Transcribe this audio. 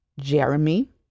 Jeremy